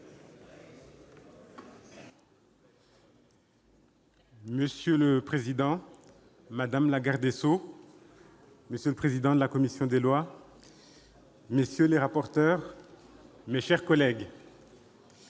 Monsieur le président, madame la garde des sceaux, monsieur le président de la commission des lois, messieurs les corapporteurs, mes chers collègues,